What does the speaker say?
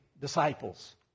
disciples